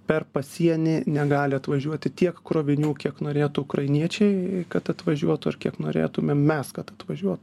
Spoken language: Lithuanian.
per pasienį negali atvažiuoti tiek krovinių kiek norėtų ukrainiečiai kad atvažiuotų ir kiek norėtumėm mes kad atvažiuotų